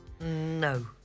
no